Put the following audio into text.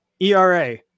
ERA